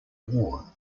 war